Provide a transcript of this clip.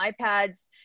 iPads